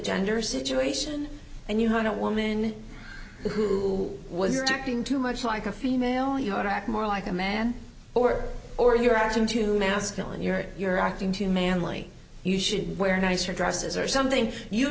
gender situation and you have a woman who was talking too much like a female you act more like a man or or you're acting too masculine you're it you're acting too manly you should wear nicer dresses or something you